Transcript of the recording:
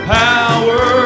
power